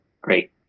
Great